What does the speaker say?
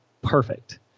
perfect